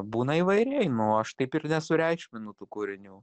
būna įvairiai nu aš taip ir nesureikšminu tų kūrinių